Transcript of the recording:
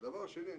דבר שני,